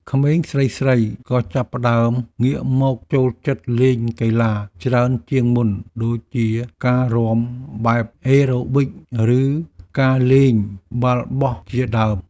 ក្មេងស្រីៗក៏ចាប់ផ្តើមងាកមកចូលចិត្តលេងកីឡាច្រើនជាងមុនដូចជាការរាំបែបអេរ៉ូប៊ិកឬការលេងបាល់បោះជាដើម។